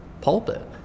pulpit